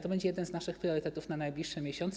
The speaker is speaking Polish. To będzie jeden z naszych priorytetów na najbliższe miesiące.